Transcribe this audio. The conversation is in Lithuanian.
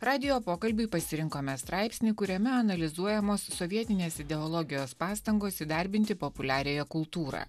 radijo pokalbiui pasirinkome straipsnį kuriame analizuojamos sovietinės ideologijos pastangos įdarbinti populiariąją kultūrą